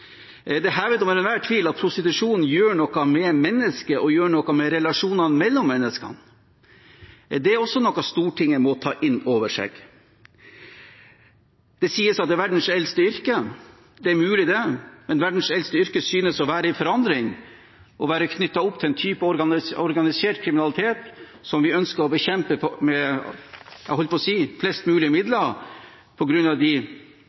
gjør noe med mennesket og med relasjoner mellom mennesker. Det er også noe Stortinget må ta inn over seg. Det sies at dette er verdens eldste yrke. Mulig det, men verdens eldste yrke synes å være i forandring og være knyttet til en type organisert kriminalitet som vi ønsker å bekjempe med flest mulig midler, på